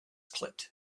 clipped